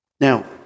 Now